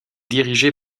dirigé